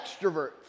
extroverts